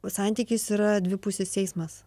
o santykis yra dvipusis eismas